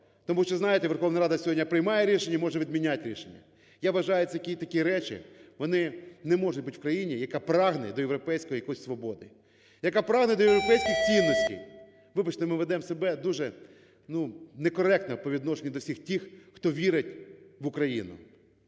Тому що, знаєте, Верховна Рада сьогодні приймає рішення і може відмінять рішення. Я вважаю, що такі речі вони не можуть бути в країні, яка прагне до європейської якоїсь свободи, яка прагне до європейських цінностей. Вибачте, ми ведемо себе дуже некоректно по відношенню до всіх тих, хто вірить в Україну.